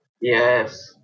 Yes